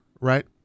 right